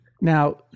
Now